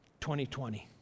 2020